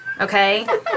okay